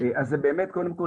אז זה באמת קודם כל,